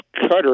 cutter